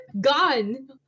Gone